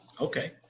Okay